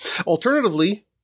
Alternatively